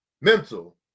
mental